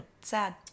sad